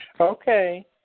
Okay